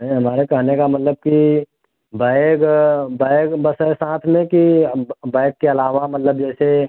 अरे हमारे कहने का मतलब कि बैग बैग बस है साथ में कि अब बैग के अलावा मतलब जैसे